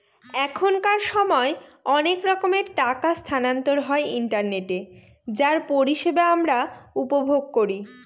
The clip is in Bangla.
এখনকার সময় অনেক রকমের টাকা স্থানান্তর হয় ইন্টারনেটে যার পরিষেবা আমরা উপভোগ করি